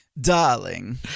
Darling